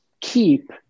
keep